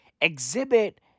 Exhibit